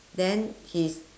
then his